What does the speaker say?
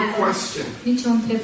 question